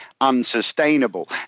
unsustainable